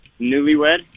Newlywed